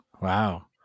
Wow